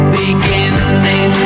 beginning